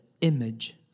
image